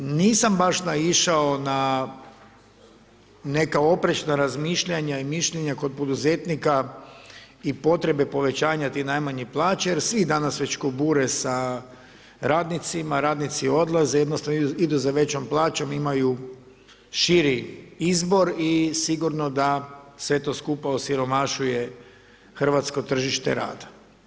Nisam baš naišao na neka oprečna razmišljanja i mišljenja kod poduzetnika i potrebe povećanja te najmanje plaće jer svi danas već kubure sa radnicima, radnici odlaze, jednostavno idu za većom plaćom imaju širi izbor i sigurno da sve to skupa osiromašuje hrvatsko tržište rada.